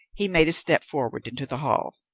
he made a step forward into the hall.